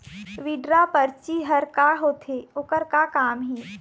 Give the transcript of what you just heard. Withdraw परची हर का होते, ओकर का काम हे?